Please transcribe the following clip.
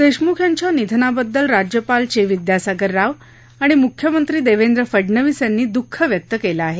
देशमुख यांच्या निधनाबद्दल राज्यपाल चे विद्यासागर राव आणि मुख्यमंत्री देवेंद्र फडनवीस यांनी दुःख व्यक्त केलं आहे